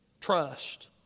trust